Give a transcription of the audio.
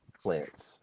plants